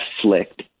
afflict